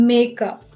Makeup